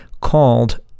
called